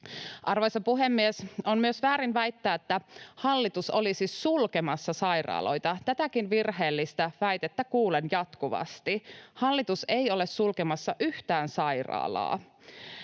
Arvoisa puhemies! On myös väärin väittää, että hallitus olisi sulkemassa sairaaloita. Tätäkin virheellistä väitettä kuulen jatkuvasti. Hallitus ei ole sulkemassa yhtään sairaalaa.